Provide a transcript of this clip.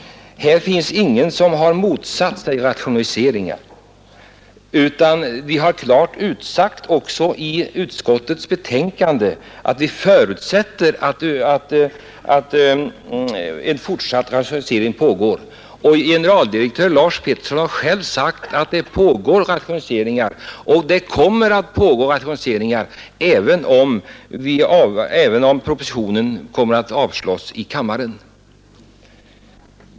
Ingen här har motsatt sig rationaliseringar, utan vi har klart sagt ut i utskottets betänkande att vi förutsätter att en rationalisering kommer att pågå även i fortsättningen, och generaldirektör Lars Peterson har själv förklarat att det pågår rationaliseringar och att det kommer att pågå rationaliseringar även om propositionen avslås av kammaren.